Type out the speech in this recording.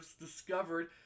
discovered